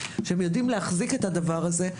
שיודעים להחזיק את הדבר הזה,